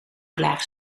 klaar